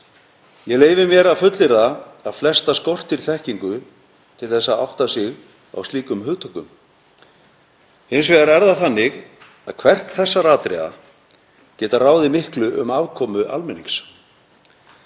Ég leyfi mér að fullyrða að flesta skorti þekkingu til að átta sig á slíkum hugtökum. Hins vegar er það þannig að hvert þessara atriða geta ráðið miklu um afkomu almennings.